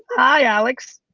hi alex,